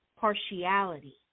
partiality